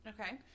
Okay